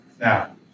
Now